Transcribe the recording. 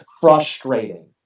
frustrating